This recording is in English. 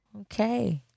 Okay